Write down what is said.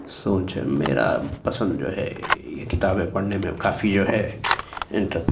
سوچ ہے میرا پسند جو ہے یہ کتابیں پڑھنے میں کافی جو ہے انٹرسٹ